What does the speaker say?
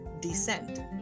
descent